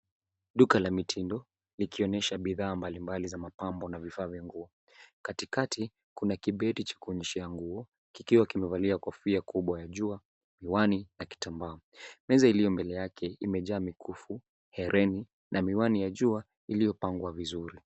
Duka la mitindo likionyesha bidhaa mbalimbali za mipambo na vifaa vya nguo. Katikati kuna kibeti cha kuonyeshea nguo kikiwa kimevalia kofia kubwa ya jua, miwani na kitambaa. Meza iliyo mbele yake imejaa mikufu, herini na miwani ya jua iliyopangwa vizuri.